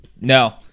No